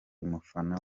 mufana